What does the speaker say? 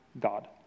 God